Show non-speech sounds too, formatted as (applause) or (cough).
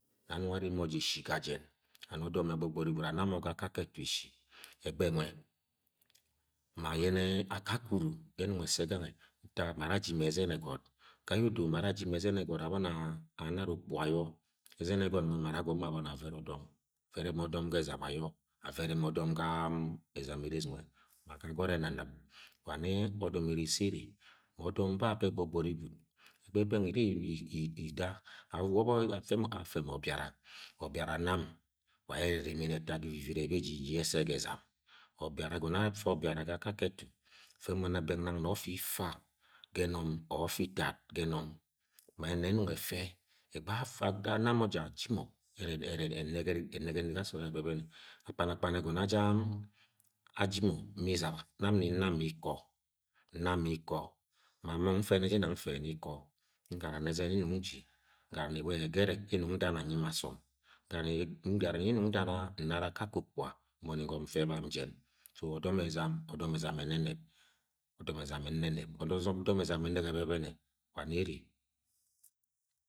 Ne amung aneme mọ je eshi ga jẹn and odom am gbogbori gwud amamo ga akake eh eshi egbe ge nwe ma yene akake umu ye enung ese gang nwe ntak ma ara aji ma ezen egot ga ye odo ma are aji ma ezen egot aboni a amara okpuga ayo ezen egot nwe ma ara gomo aboni avere odom avere odom ga ezam ayo avene ma odom ga-m-m ezam eres nwe ma ga agot eni nip wa nẹ odom erasi ere, ma odom babe gbogbori gwud egbe beng uri-i-i ida (unintelligible) obiara nan ula aye ere erimini eta ivivire bedidi ye ese ga ezam obiara egomo afe obiara ga akake etu afe mọ nang beng ma ofe ifa ge enom oh ofe itat ga enom ma ayen ne enumg efe egbe afak anamo je aji mo (unintelligible) akpa akpan egono aja-m-m aji mọ ma izaba nam imi na ma iko, na ma iko ma mong mfene jinong mfene iko ngara ni ezen ye nung nji (noise) ngara ni ule gerek nung ndana nyi ma asom ndan-ngara ni ye nung ndana nara akake okpuga m-moni ngom mfe bam jin, so, odom ezam, odom ezam eneneb, odom ezam emeneb odoze odom ezam enege ebebene wa ne ene.